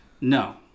No